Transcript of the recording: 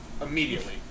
immediately